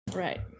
right